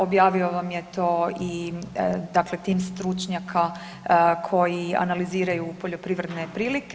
Objavio vam je to i, dakle tim stručnjaka koji analiziraju poljoprivredne prilike.